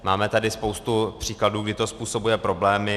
Máme tady spoustu příkladů, kdy to způsobuje problémy.